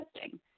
testing